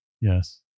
yes